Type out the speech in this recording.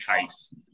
case